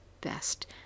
best